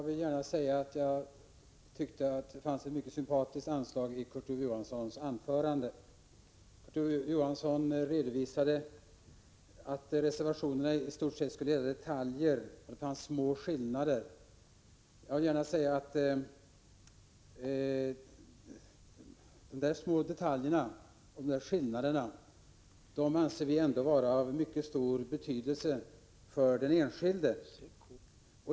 Herr talman! Jag tyckte att det fanns ett mycket sympatiskt anslag i Kurt Ove Johanssons anförande: han redovisade att reservationerna i stort sett skulle gälla detaljer och att de skillnader som finns är små. Vi anser dock att de där små detaljerna och de där små skillnaderna är av mycket stor betydelse för den enskilde.